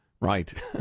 Right